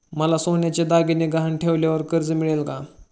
मला सोन्याचे दागिने गहाण ठेवल्यावर कर्ज मिळेल का?